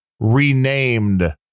renamed